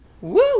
Woo